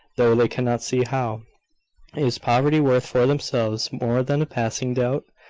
though they cannot see how is poverty worth, for themselves, more than a passing doubt?